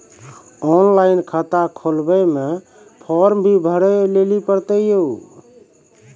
Online खाता खोलवे मे फोर्म भी भरे लेली पड़त यो?